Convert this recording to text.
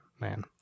man